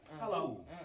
Hello